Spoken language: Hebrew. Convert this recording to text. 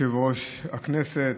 מכובדי יושב-ראש הכנסת,